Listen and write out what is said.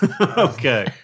Okay